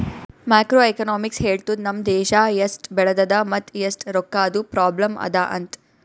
macro economics ಹೇಳ್ತುದ್ ನಮ್ ದೇಶಾ ಎಸ್ಟ್ ಬೆಳದದ ಮತ್ ಎಸ್ಟ್ ರೊಕ್ಕಾದು ಪ್ರಾಬ್ಲಂ ಅದಾ ಅಂತ್